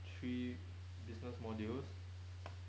three business modules